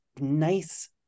nice